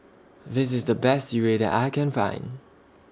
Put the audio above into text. This IS The Best Sireh that I Can Find